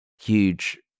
huge